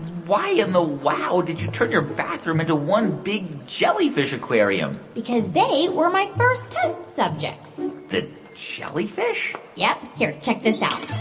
why in the wow did you turn your bathroom into one big jellyfish aquarium? because they were my first test subjects the jellyfish? yep. here check this out.